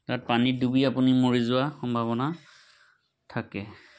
তাত পানীত ডুবি আপুনি মৰি যোৱা সম্ভাৱনা থাকে